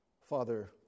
Father